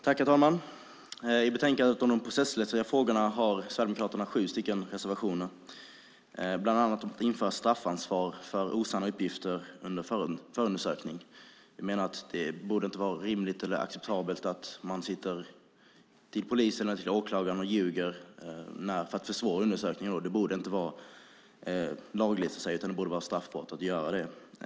Herr talman! I betänkandet om de processrättsliga frågorna har Sverigedemokraterna sju reservationer, bland annat en om att införa straffansvar för osanna uppgifter under förundersökning. Vi menar att det inte borde vara rimligt eller acceptabelt att ljuga för polisen eller åklagaren för att försvåra undersökningen. Det borde vara straffbart att göra det.